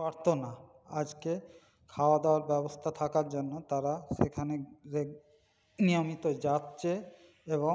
পারতো না আজকে খাওয়া দাওয়ার ব্যবস্থা থাকার জন্য তারা সেখানে গিয়ে নিয়মিত যাচ্ছে এবং